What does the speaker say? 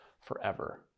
forever